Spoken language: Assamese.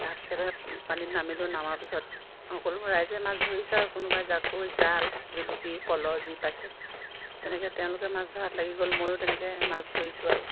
তাৰপিছতে পানীত নামিলোঁ পানীত নামাৰ পিছত সকলো ৰাইজে মাছ ধৰিছে আৰু কোনোবাই জাকৈ জাল জুলুকি পল যি পাইছে তেনেকৈ তেওঁলোকে মাছ ধৰাত লাগি গ'ল ময়ো তেনেকৈ মাছ ধৰিছোঁ আৰু